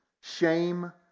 shame